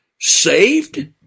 saved